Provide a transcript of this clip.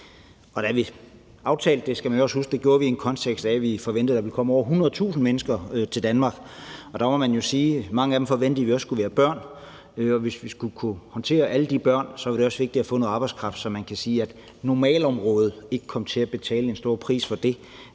for da vi aftalte det, skal man også huske, gjorde vi det jo i en kontekst af, at vi forventede, at der ville komme over 100.000 mennesker til Danmark, og mange af dem forventede vi også ville være børn, og hvis vi skulle håndtere alle de børn, var det også vigtigt at få noget arbejdskraft, så man kunne sige, at normalområdet ikke kom til at betale en høj pris for det.